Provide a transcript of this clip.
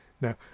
Now